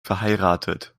verheiratet